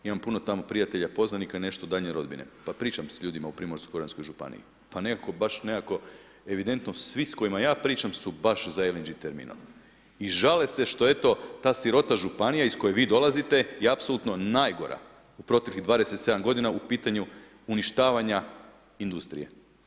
Imam puno tamo prijatelja poznanika i nešto daljnje rodbine pa pričam s ljudima u primorsko-goranskoj županiji, pa nekako baš evidentno svi s kojima ja pričam su baš za LNG terminal i žale se što eto, ta sirota županija iz koje vi dolazite je apsolutno najgora u proteklih 27 godina u pitanju uništavanja industrije.